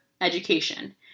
education